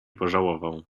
pożałował